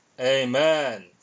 Amen